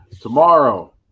tomorrow